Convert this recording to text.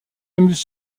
amuse